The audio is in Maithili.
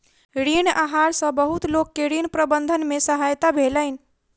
ऋण आहार सॅ बहुत लोक के ऋण प्रबंधन में सहायता भेलैन